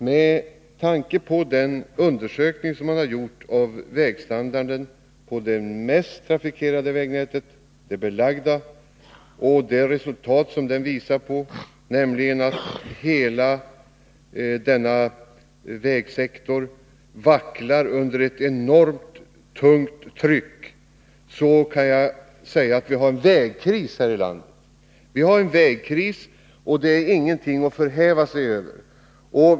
Med tanke på den undersökning som man har gjort av vägstandarden på det mest trafikerade vägnätet, det belagda, och de resultat som den visar på, nämligen att hela denna vägsektor vacklar under ett enormt tungt tryck, kan jag säga att vi har en vägkris här i landet. Och det är ingenting att förhäva sig över.